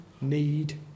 need